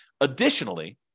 Additionally